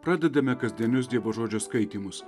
pradedame kasdienius dievo žodžio skaitymus